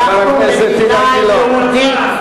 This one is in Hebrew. אנחנו מדינה יהודית.